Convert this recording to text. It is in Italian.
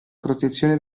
protezione